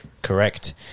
Correct